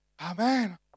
Amen